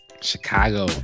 Chicago